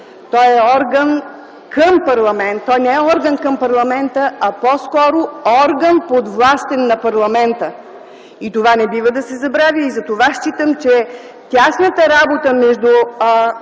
от държавната йерархия. Той не е орган към парламента, а по-скоро орган, подвластен на парламента. Това не бива да се забравя и затова считам, че тясната работа между омбудсмана,